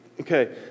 okay